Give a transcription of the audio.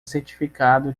certificado